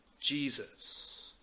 Jesus